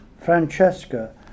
Francesca